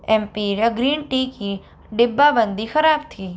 Emperia green tea की डिब्बाबंदी ख़राब थी